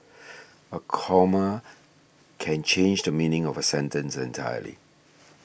a comma can change the meaning of a sentence entirely